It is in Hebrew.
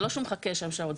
זה לא שהוא מחכה שם שעות.